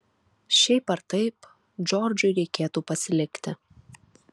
šiaip ar taip džordžui reikėtų pasilikti